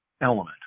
element